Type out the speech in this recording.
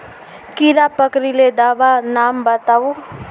कीड़ा पकरिले दाबा नाम बाताउ?